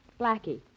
Blackie